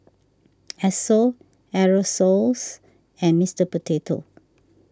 Esso Aerosoles and Mister Potato